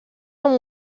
amb